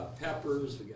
peppers